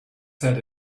said